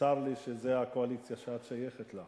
צר לי שזו הקואליציה שאת שייכת לה.